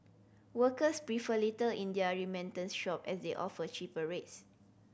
workers prefer Little India remittance shop as they offer cheaper rates